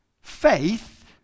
Faith